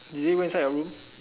did they go inside your room